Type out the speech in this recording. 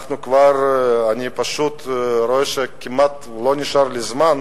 אני פשוט רואה שכמעט לא נשאר לי זמן.